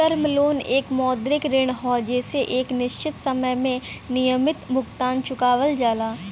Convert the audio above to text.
term loan एक मौद्रिक ऋण हौ जेसे एक निश्चित समय में नियमित भुगतान चुकावल जाला